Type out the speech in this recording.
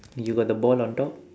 you got the ball on top